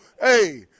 Hey